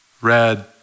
red